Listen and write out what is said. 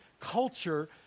culture